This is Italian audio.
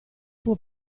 può